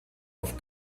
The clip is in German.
auf